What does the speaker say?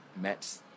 met